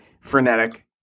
frenetic